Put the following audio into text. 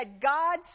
God